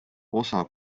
osa